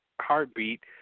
heartbeat